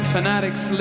Fanatics